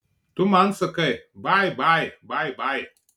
tu man sakai bai bai bai bai